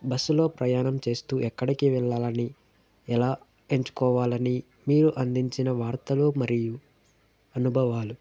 బస్సులో ప్రయాణం చేస్తూ ఎక్కడికి వెళ్ళాలని ఎలా ఎంచుకోవాలని మీరు అందించిన వార్తలు మరియు అనుభవాలు